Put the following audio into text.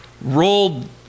rolled